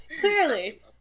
clearly